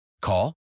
Call